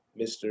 Mr